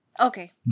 Okay